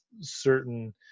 certain